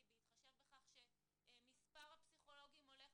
ובהתחשב בכך שמספר הפסיכולוגים הולך